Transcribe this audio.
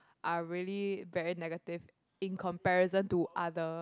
are really very negative in comparison to other